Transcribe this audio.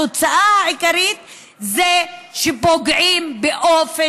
התוצאה העיקרית היא שפוגעים באופן